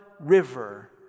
river